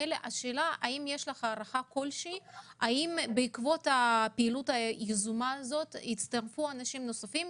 האם יש לך הערכה אם בעקבות הפעילות היזומה הצטרפו אנשים נוספים?